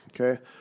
Okay